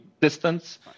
distance